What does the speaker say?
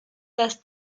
las